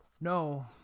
No